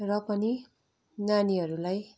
र पनि नानीहरूलाई